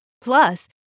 Plus